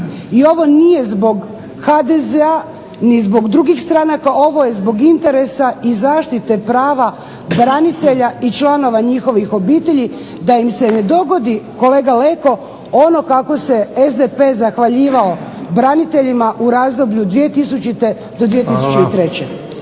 I ovo nije zbog HDZ-a, ni zbog drugih stranaka, ovo je zbog interesa i zaštite prava branitelja i članova njihovih obitelji, da im se ne dogodi kolega Leko ono kako se SDP zahvaljivao braniteljima u razdoblju 2000. do 2003.